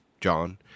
John